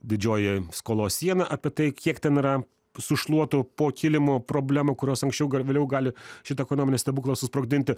didžioji skolos siena apie tai kiek ten yra sušluotų po kilimu problemų kurios anksčiau gal vėliau gali šitą ekonominį stebuklą susprogdinti